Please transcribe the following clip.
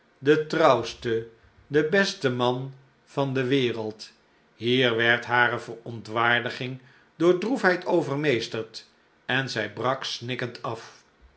de trouwste de beste man van de wereld hier werd hare verontwaardiging door droefheid overmeesterd en zij brak snikkend af